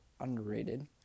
underrated